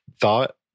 thought